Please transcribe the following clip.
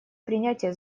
принятия